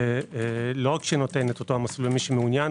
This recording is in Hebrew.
לא רק שנותן אותו מסלול למי שמעוניין,